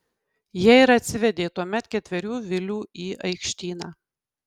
jie ir atsivedė tuomet ketverių vilių į aikštyną